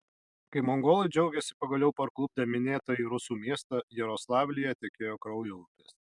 kai mongolai džiaugėsi pagaliau parklupdę minėtąjį rusų miestą jaroslavlyje tekėjo kraujo upės